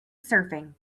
surfing